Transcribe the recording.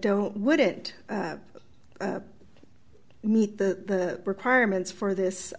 don't wouldn't meet the requirements for this